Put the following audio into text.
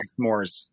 s'mores